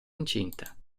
incinta